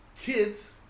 kids